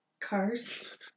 Cars